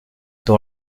dans